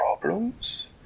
problems